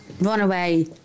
runaway